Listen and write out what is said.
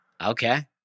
Okay